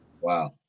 Wow